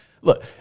Look